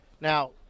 Now